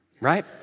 Right